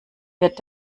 wird